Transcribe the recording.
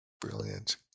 brilliant